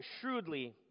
shrewdly